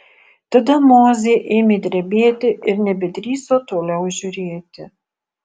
tada mozė ėmė drebėti ir nebedrįso toliau žiūrėti